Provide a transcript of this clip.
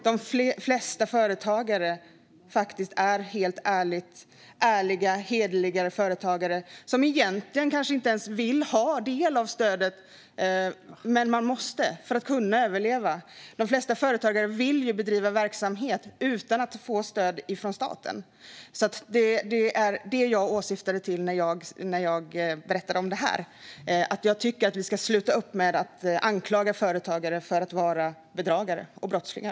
De flesta företagare är faktiskt ärliga och hederliga och vill kanske egentligen inte ens ha del av stödet, men de behöver det för att överleva. De flesta företagare vill bedriva verksamhet utan att få stöd från staten. Det var detta jag syftade på i det här fallet. Jag tycker att vi ska sluta med att anklaga företagare för att vara bedragare och brottslingar.